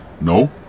No